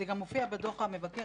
זה גם מופיע בדוח המבקר,